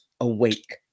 awake